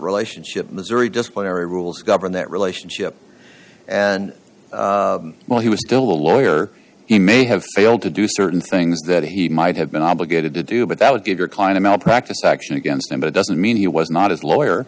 relationship missouri disciplinary rules govern that relationship and while he was still a lawyer he may have failed to do certain things that he might have been obligated to do but that would give your client a malpractise action against him it doesn't mean he was not